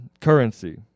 currency